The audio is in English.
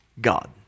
God